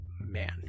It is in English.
man